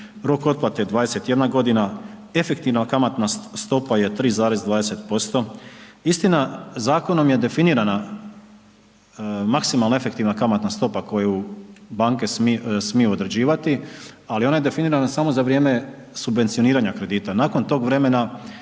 rok otplate 21.g., efektivna kamatna stopa je 3,20%. Istina, zakonom je definirana maksimalna efektivna kamatna stopa koju banke smiju određivati, ali ona je definirana samo za vrijeme subvencioniranja kredita, nakon tog vremena